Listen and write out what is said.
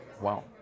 Wow